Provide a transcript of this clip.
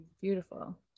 Beautiful